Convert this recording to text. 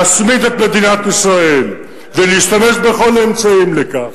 להשמיד את מדינת ישראל ולהשתמש בכל האמצעים לכך.